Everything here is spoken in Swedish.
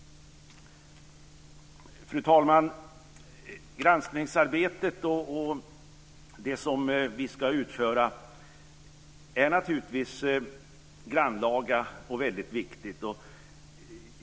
Fru talman! Det granskningsarbete som vi ska utföra är naturligtvis grannlaga och viktigt.